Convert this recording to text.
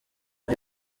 ari